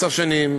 עשר שנים,